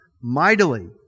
mightily